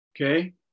Okay